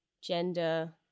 gender